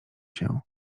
się